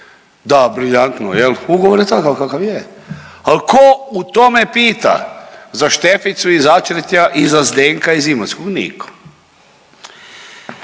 Da, briljantno, jel ugovor je takav kakav je, al ko u tome pita za Šteficu iz Začretja i za Zdenka iz Imotskog? Niko.